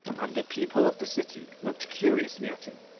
and the people of the city looked curiously at him,